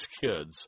kids